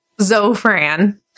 Zofran